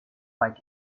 like